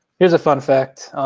here's a fun fact.